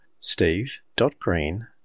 steve.green